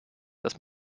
dass